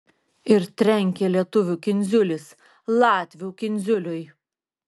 ir trenkia lietuvių kindziulis latvių kindziuliui